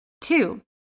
Two